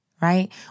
Right